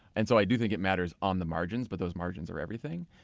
and so i do think it matters on the margins, but those margins are everything.